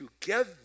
together